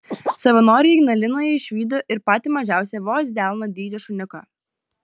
savanoriai ignalinoje išvydo ir patį mažiausią vos delno dydžio šuniuką